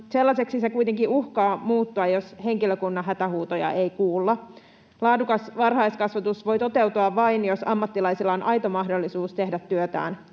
Sellaiseksi se kuitenkin uhkaa muuttua, jos henkilökunnan hätähuutoja ei kuulla. Laadukas varhaiskasvatus voi toteutua vain jos ammattilaisilla on aito mahdollisuus tehdä työtään